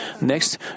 Next